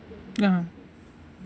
ya